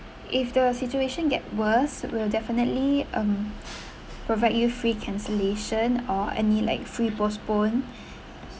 if the situation get worse we'll definitely um provide you free cancellation or any like free postpone